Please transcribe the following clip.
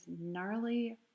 gnarly